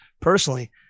personally